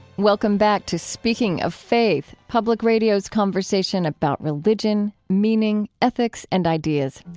welcome back to speaking of faith, public radio's conversation about religion, meaning, ethics, and ideas.